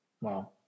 Wow